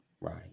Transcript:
Right